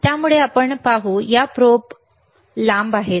त्यामुळे आपण पाहू या प्रोब लांब आहेत